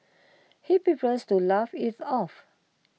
he prefers to laugh it off